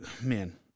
man